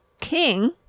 king